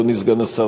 אדוני סגן השר,